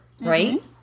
right